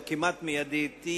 או כמעט מיידית,